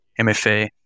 MFA